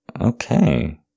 Okay